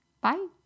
Bye